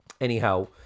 Anyhow